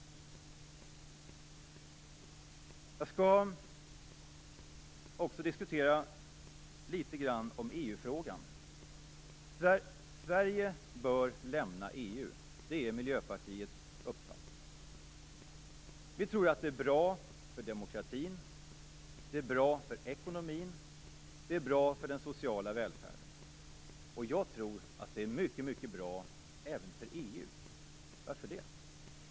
Jag skall också diskutera EU-frågan litet grand. Sverige bör lämna EU. Det är Miljöpartiets uppfattning. Vi tror att det är bra för demokratin. Det är bra för ekonomin. Det är bra för den sociala välfärden. Jag tror att det är mycket bra även för EU. Varför det?